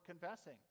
confessing